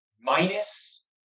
minus